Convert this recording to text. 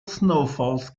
snowfalls